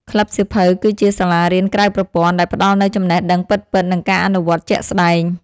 ក្លឹបសៀវភៅគឺជា សាលារៀនក្រៅប្រព័ន្ធ ដែលផ្ដល់នូវចំណេះដឹងពិតៗ និងការអនុវត្តជាក់ស្ដែង។